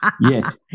Yes